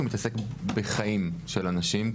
כי הוא מתעסק בחיים של אנשים.